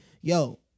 yo